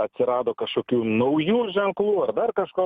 atsirado kažkokių naujų ženklų ar dar kažko